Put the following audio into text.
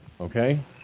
okay